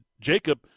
Jacob